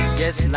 yes